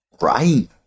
Right